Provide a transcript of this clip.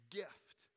gift